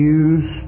use